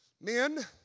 Men